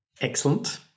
Excellent